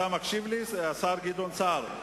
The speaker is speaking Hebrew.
אתה מקשיב לי, השר גדעון סער?